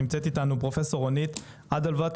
נמצאת איתנו פרופסור רונית אדלווט,